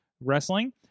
wrestling